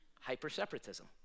Hyper-separatism